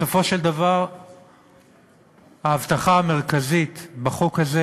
בסופו של דבר ההבטחה המרכזית בחוק הזה